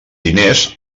diners